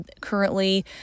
currently